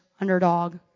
underdog